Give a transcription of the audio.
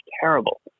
terrible